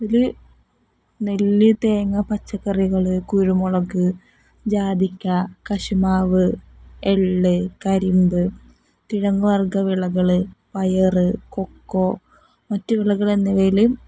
ഇതില് നെല്ല് തേങ്ങ പച്ചക്കറികള് കുരുമുളക് ജാതിക്ക കശുമാവ് എള്ള് കരിമ്പ് കിഴങ്ങുവര്ഗ വിളകള് പയര് കൊക്കോ മറ്റ് വിളകള് എന്നിവയില്